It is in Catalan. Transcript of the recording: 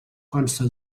consta